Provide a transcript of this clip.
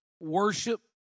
worship